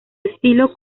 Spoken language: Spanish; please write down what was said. estilo